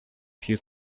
few